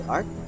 Art